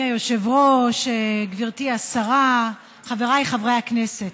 ל-61 חברי כנסת